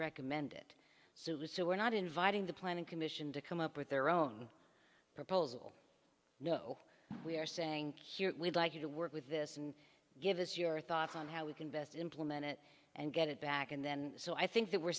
recommend it so we're not inviting the planning commission to come up with their own proposal no we are saying we'd like you to work with this give us your thoughts on how we can best implement it and get it back in then so i think that we're